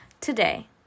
today